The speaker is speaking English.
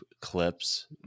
clips